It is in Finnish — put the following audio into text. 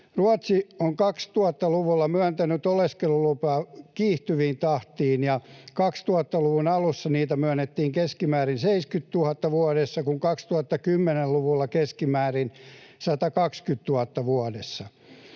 Ruotsi on 2000-luvulla myöntänyt oleskelulupia kiihtyvään tahtiin. 2000-luvun alussa niitä myönnettiin keskimäärin 70 000 vuodessa, kun 2010-luvulla jo keskimäärin 120 000 vuodessa.